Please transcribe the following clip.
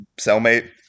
cellmate